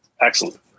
Excellent